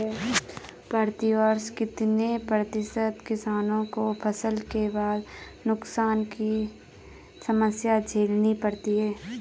प्रतिवर्ष कितने प्रतिशत किसानों को फसल के बाद नुकसान की समस्या झेलनी पड़ती है?